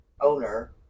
owner